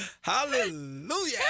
Hallelujah